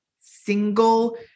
single